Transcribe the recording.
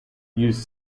use